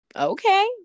Okay